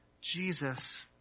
Jesus